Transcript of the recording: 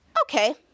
okay